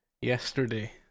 yesterday